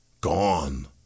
Gone